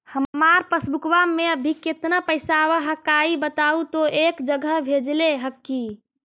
हमार पासबुकवा में अभी कितना पैसावा हक्काई बताहु तो एक जगह भेजेला हक्कई?